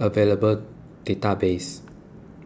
available databases